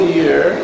year